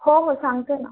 हो हो सांगते ना